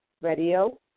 Radio